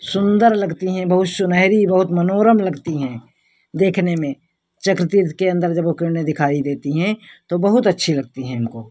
सुन्दर लगती हैं बहुत सुनहरी बहुत मनोरम लगती हैं देखने में चक्र तीर्थ के अंदर जब वो किरणें दिखाई देती हैं तो बहुत अच्छी लगती हैं हमको